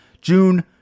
June